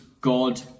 God